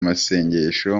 masengesho